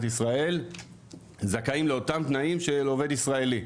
ישראל זכאים לאותם תנאים של עובד ישראלי,